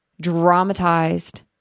dramatized